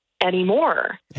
anymore